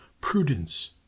prudence